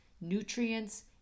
nutrients